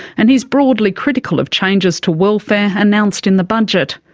and he's broadly critical of changes to welfare announced in the budget.